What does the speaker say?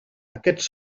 aquests